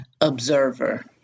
observer